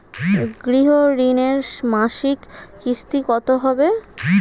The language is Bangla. গৃহ ঋণের মাসিক কিস্তি কত হবে?